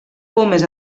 pomes